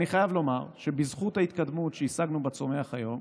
אני חייב לומר שבזכות ההתקדמות שהשגנו בצומח היום,